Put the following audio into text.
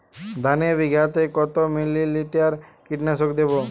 ধানে বিঘাতে কত মিলি লিটার কীটনাশক দেবো?